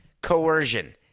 coercion